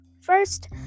first